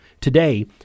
Today